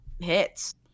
hits